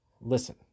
Listen